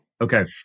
okay